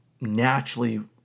naturally